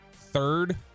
third